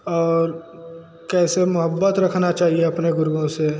और कैसे मोहब्बत रखना चाहिए अपने गुरुओं से